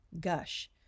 gush